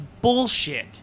bullshit